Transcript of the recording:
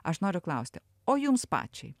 aš noriu klausti o jums pačiai